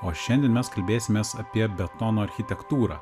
o šiandien mes kalbėsimės apie betono architektūrą